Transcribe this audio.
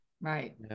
Right